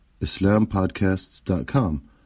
islampodcasts.com